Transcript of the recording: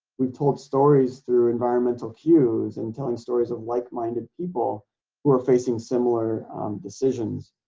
we've told stories through environmental cues and telling stories of like-minded people who are facing similar decisions.